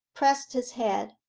pressed his head,